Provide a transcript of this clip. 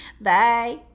bye